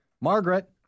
Margaret